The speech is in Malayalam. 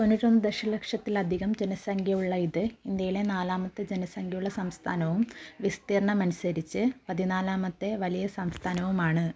തൊണ്ണൂറ്റൊന്ന് ദശലക്ഷത്തിലധികം ജനസംഖ്യയുള്ള ഇത് ഇന്ത്യയിലെ നാലാമത്തെ ജനസംഖ്യയുള്ള സംസ്ഥാനവും വിസ്തീർണ്ണമനുസരിച്ച് പതിനാലാമത്തെ വലിയ സംസ്ഥാനവുമാണ്